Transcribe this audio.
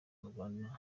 rwanda